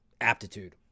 aptitude